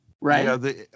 Right